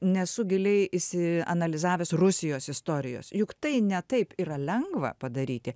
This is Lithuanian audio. nesu giliai išsianalizavęs rusijos istorijos juk tai ne taip yra lengva padaryti